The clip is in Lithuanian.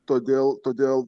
todėl todėl